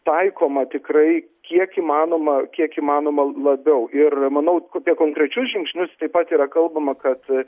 taikoma tikrai kiek įmanoma kiek įmanoma labiau ir manau kur tie konkrečius žingsnius taip pat yra kalbama kad